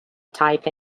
type